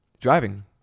Driving